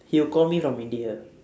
he will call me from india